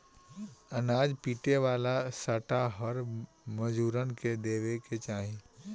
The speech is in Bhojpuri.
अनाज पीटे वाला सांटा हर मजूरन के देवे के चाही